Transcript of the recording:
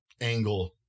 angle